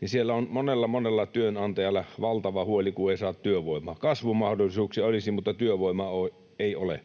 niin siellä on monella, monella työnantajalla valtava huoli, kun ei saa työvoimaa. Kasvumahdollisuuksia olisi, mutta työvoimaa ei ole.